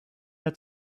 had